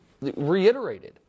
reiterated